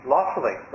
Lawfully